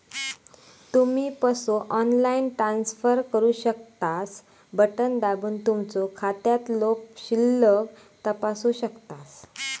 तुम्ही पसो online transfer करू शकतास, बटण दाबून तुमचो खात्यातलो शिल्लक तपासू शकतास